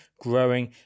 growing